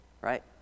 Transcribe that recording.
right